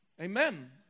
amen